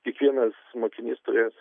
kiekvienas mokinys turės